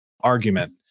argument